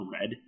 red